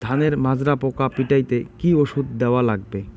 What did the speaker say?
ধানের মাজরা পোকা পিটাইতে কি ওষুধ দেওয়া লাগবে?